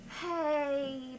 Hey